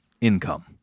income